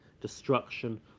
destruction